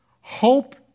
Hope